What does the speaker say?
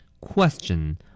Question